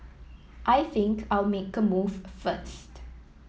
I think I'll make a move first